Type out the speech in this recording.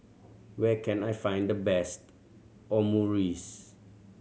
where can I find the best Omurice